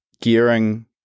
gearing